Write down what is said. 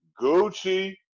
Gucci